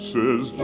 Says